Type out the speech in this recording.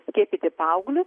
skiepyti paauglius